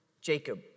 Jacob